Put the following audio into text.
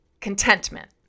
Contentment